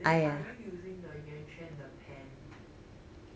then are you using 的圆圈 the pan